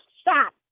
Stop